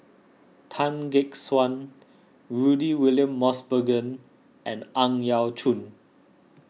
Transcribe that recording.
Tan Gek Suan Rudy William Mosbergen and Ang Yau Choon